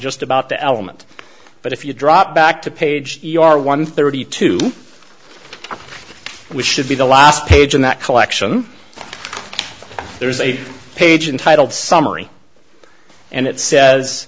just about the element but if you drop back to page you are one thirty two we should be the last page in that collection there's a page untitled summary and it says